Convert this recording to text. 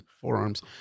forearms